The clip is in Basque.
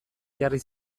jarri